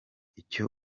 icyo